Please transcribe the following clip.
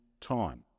time